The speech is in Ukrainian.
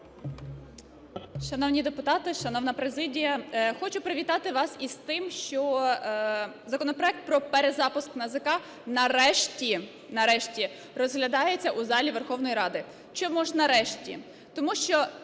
Шановні депутати, шановна президія! Хочу привітати вас із тим, що законопроект про перезапуск НАЗК нарешті – нарешті! – розглядається у залі Верховної Ради. Чому ж "нарешті"?